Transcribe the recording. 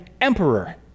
emperor